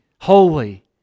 holy